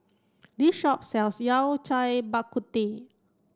this shop sells Yao Cai Bak Kut Teh